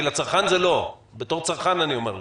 כי לצרכן זה לא, בתור צרכן אני אומר לך.